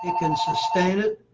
and can sustain it.